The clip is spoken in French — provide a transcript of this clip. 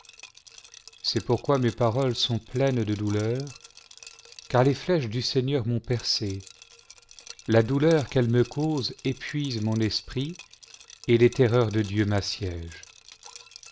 c'est pourquoi mes paroles sont pleines de douleur car les flèches du seigneur m'ont percé la douleur qu'elles me causent épuise mon esprit et les terreurs de dieu m'assiègent